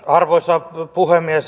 arvoisa puhemies